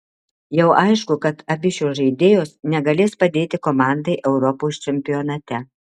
jau aišku kad abi šios žaidėjos negalės padėti komandai europos čempionate